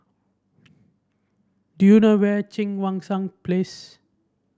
do you know where Cheang Wan Seng Place